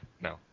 no